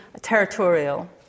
territorial